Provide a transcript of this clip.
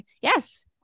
yes